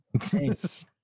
Thanks